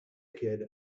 kid